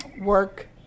work